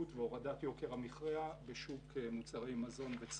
והורדת יוקר המחיה בשוק מוצרי מזון וצריכה.